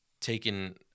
taken